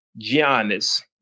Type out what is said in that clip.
Giannis